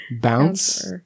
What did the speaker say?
Bounce